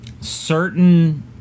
certain